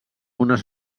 unes